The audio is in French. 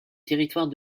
territoire